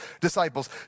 disciples